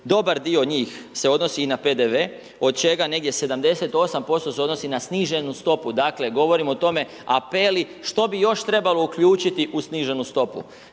Dobar dio njih se odnosi i na PDV od čega negdje 78% se odnosi na sniženu stopu. Dakle govorim o tome apeli što bi još trebalo uključiti u sniženu stopu.